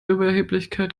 überheblichkeit